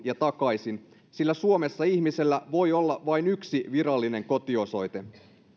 ja takaisin sillä suomessa ihmisellä voi olla vain yksi virallinen kotiosoite